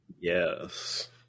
Yes